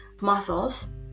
muscles